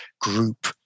group